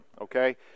okay